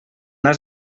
has